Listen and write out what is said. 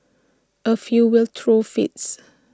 A few will throw fits